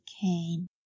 came